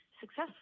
successful